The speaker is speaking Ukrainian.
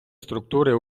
структури